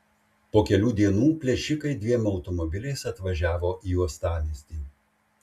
po kelių dienų plėšikai dviem automobiliais atvažiavo į uostamiestį